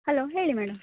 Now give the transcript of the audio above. hello ಹೇಳಿ madam